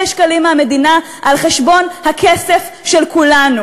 שקלים מהמדינה על חשבון הכסף של כולנו.